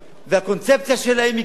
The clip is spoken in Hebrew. והקונספציה שלהם היא כזאת,